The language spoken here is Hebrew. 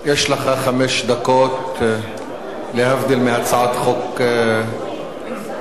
יש לך חמש דקות, להבדיל מהצעת חוק רגילה.